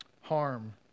harm